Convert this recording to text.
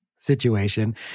situation